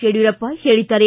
ಯಡಿಯೂರಪ್ಪ ಹೇಳಿದ್ದಾರೆ